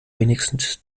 wenigstens